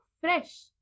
fresh